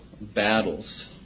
battles